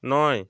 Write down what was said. নয়